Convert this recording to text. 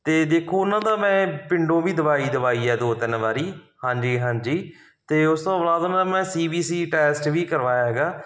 ਅਤੇ ਦੇਖੋ ਉਹਨਾਂ ਦਾ ਮੈਂ ਪਿੰਡੋਂ ਵੀ ਦਵਾਈ ਦਵਾਈ ਹੈ ਦੋ ਤਿੰਨ ਵਾਰ ਹਾਂਜੀ ਹਾਂਜੀ ਅਤੇ ਉਸ ਤੋਂ ਬਾਅਦ ਉਹਨਾਂ ਦਾ ਮੈਂ ਸੀ ਬੀ ਸੀ ਟੈਸਟ ਵੀ ਕਰਵਾਇਆ ਹੈਗਾ